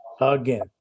Again